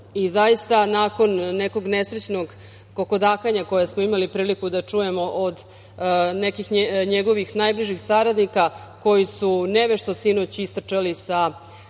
Zaista nakon nekog nesrećnog kokodakanja koje smo imali priliku da čujemo od nekih njegovih najbližih saradnika koji su nevešto sinoć istrčali sa